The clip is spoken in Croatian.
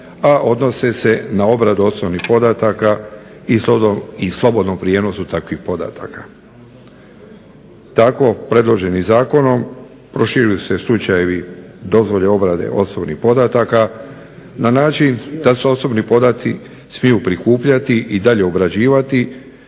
a odnose se na obradu osobnih podataka i slobodnom prijenosu takvih podataka. Tako predloženim zakonom proširili su se slučajevi dozvole obrade osobnih podataka na način da su osobni podaci smiju prikupljati i dalje obrađivati